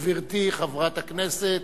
גברתי חברת הכנסת,